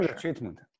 treatment